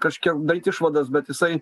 kažkiek daryt išvadas bet jisai